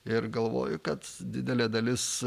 ir galvoju kad didelė dalis